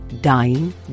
dying